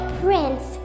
prince